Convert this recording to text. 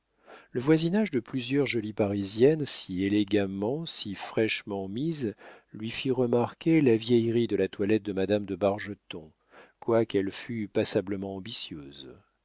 le voisinage de plusieurs jolies parisiennes si élégamment si fraîchement mises lui fit remarquer la vieillerie de la toilette de madame de bargeton quoiqu'elle fût passablement ambitieuse